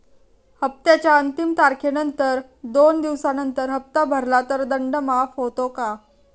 हप्त्याच्या अंतिम तारखेनंतर दोन दिवसानंतर हप्ता भरला तर दंड माफ होतो का?